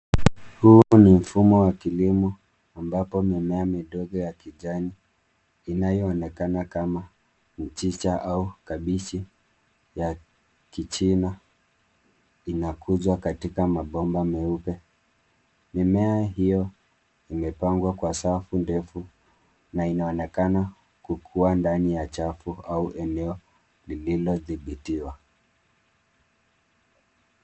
Huu ni mfumo wa kilimo ambapo mimea midogo ya kijani inayoonekana kama mchicha au kabeji ya Kichina inakuzwa katika mabomba meupe. Mimea hiyo imepangwa kwa safu ndefu na inaonekana kukua ndani ya chapu au eneo lililodhibitiwa.